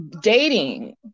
dating